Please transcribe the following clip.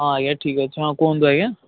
ହଁ ଆଜ୍ଞା ଠିକ୍ ଅଛି ହଁ କୁହନ୍ତୁ ଆଜ୍ଞା